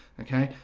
okay?